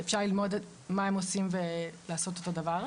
אפשר ללמוד מה הם עושים ולעשות אותו דבר.